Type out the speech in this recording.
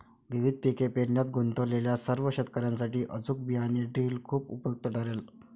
विविध पिके पेरण्यात गुंतलेल्या सर्व शेतकर्यांसाठी अचूक बियाणे ड्रिल खूप उपयुक्त ठरेल